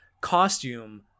costume